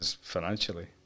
financially